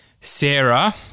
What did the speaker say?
Sarah